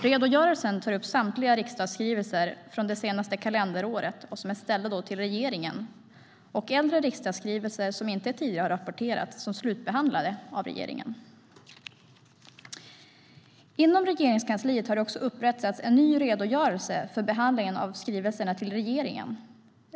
Redogörelsen tar upp samtliga riksdagsskrivelser från det senaste kalenderåret som är ställda till regeringen och äldre riksdagsskrivelser som inte tidigare har rapporterats som slutbehandlade av regeringen. Inom Regeringskansliet har det upprättats en ny redogörelse för behandlingen av skrivelserna till regeringen.